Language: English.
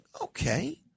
okay